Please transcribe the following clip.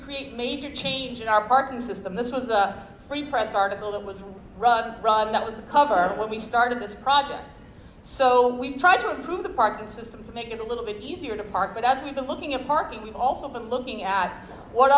create major change in our parking system this was a free press article that was a rough ride that was the cover when we started this project so we've tried to improve the park and system to make it a little bit easier to park but as we've been looking at parking we've also been looking at what